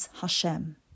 Hashem